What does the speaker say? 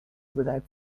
without